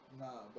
Nah